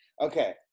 Okay